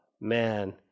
man